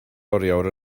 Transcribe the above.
oriawr